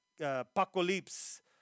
Apocalypse